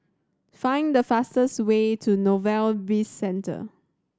find the fastest way to Novelty Bizcentre